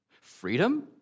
freedom